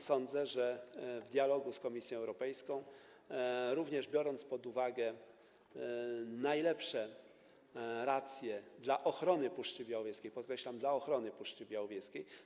Sądzę, że w dialogu z Komisją Europejską, również biorąc pod uwagę najlepsze racje co do ochrony Puszczy Białowieskiej, podkreślam: co do ochrony Puszczy Białowieskiej.